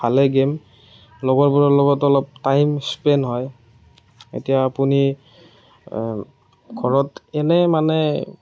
পালে গেম লগৰবোৰৰ লগত অলপ টাইম স্পেণ্ড হয় এতিয়া আপুনি ঘৰত এনেই মানে